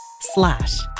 slash